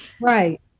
Right